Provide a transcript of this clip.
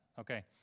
Okay